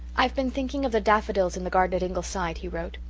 i've been thinking of the daffodils in the garden at ingleside, he wrote.